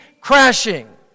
crashing